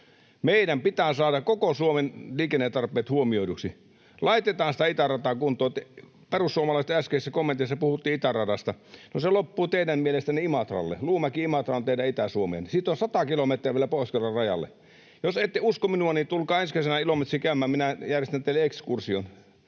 Meidän pitää saada koko Suomen liikennetarpeet huomioiduiksi. Laitetaan sitä itärataa kuntoon. Perussuomalaisten äskeisessä kommentissa puhuttiin itäradasta. No, se loppuu teidän mielestänne Imatralle. Luumäki—Imatra on teidän Itä-Suomea. Siitä on 100 kilometriä vielä Pohjois-Karjalan rajalle. Jos ette usko minua, niin tulkaa ensi kesänä Ilomantsiin käymään. Minä järjestän teille ekskursion